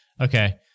Okay